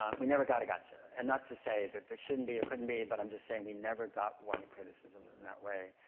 um we never got a gotcha. and not to say that there shouldn't be or couldn't be, but i'm just saying we never got one criticism in that way.